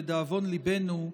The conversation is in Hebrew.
לדאבון ליבנו,